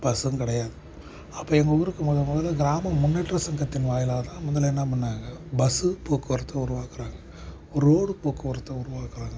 பஸ்ஸும் கிடையாது அப்போ எங்கள் ஊருக்கு மொதல் முதல்ல கிராம முன்னேற்ற சங்கத்தின் வாயிலாகதான் முதலில் என்ன பண்ணிணாங்க பஸ்ஸு போக்குவரத்து உருவாக்கிறாங்க ரோடு போக்குவரத்தை உருவாக்கிறாங்க